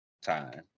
time